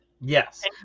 Yes